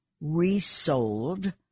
resold